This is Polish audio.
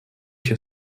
się